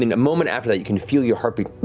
and moment after that you can feel your heartbeat.